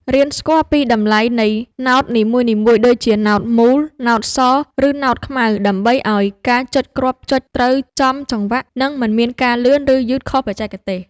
រៀនស្គាល់ពីតម្លៃនៃណោតនីមួយៗដូចជាណោតមូល ណោតស ឬណោតខ្មៅដើម្បីឱ្យការចុចគ្រាប់ចុចត្រូវចំចង្វាក់ និងមិនមានការលឿន ឬយឺតខុសបច្ចេកទេស។